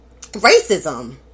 racism